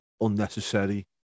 unnecessary